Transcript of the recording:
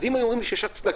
אז אם היו אומרים לי שיש הצדקה